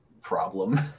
problem